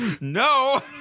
No